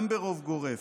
גם ברוב גורף,